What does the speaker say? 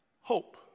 hope